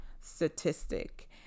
statistic